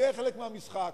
זה חלק מהמשחק.